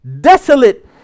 desolate